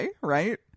right